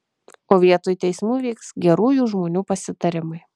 o vietoj teismų vyks gerųjų žmonių pasitarimai